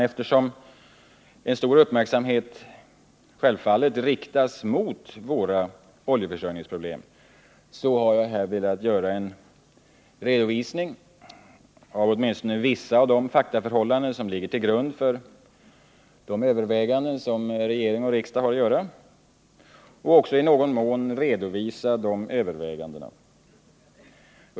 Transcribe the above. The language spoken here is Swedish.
Eftersom stor uppmärksamhet självfallet riktas mot våra oljeförsörjningsproblem har jag här velat göra en redovisning av åtminstone vissa av de faktaförhållanden som ligger till grund för de överväganden som regering och riksdag har att göra och också i någon mån redovisa dessa överväganden.